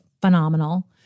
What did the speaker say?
phenomenal